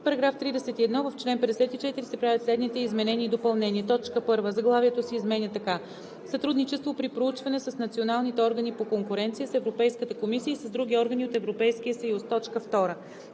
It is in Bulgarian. § 31: „§ 31. В чл. 54 се правят следните изменения и допълнения: 1. Заглавието се изменя така: „Сътрудничество при проучване с националните органи по конкуренция, с Европейската комисия и с други органи от Европейския съюз“. 2.